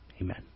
amen